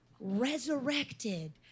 resurrected